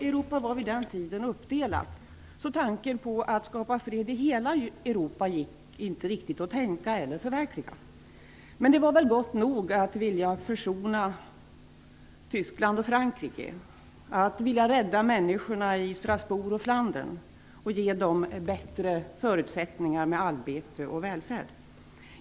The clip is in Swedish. Europa var vid den tiden uppdelat, så tanken att skapa fred i hela Europa gick inte riktigt att tänka eller förverkliga. Men det var väl gott nog att vilja försona Tyskland och Frankrike, att vilja rädda människorna i Strasbourg och Flandern och ge dem bättre förutsättningar för arbete och välfärd.